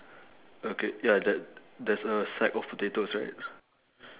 okay ya ther~ there's a sack of potatoes right